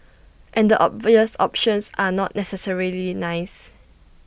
and the obvious options are not necessarily nice